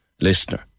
listener